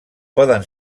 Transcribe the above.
poden